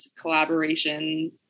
collaboration